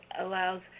allows